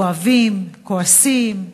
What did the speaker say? כואבים, כועסים,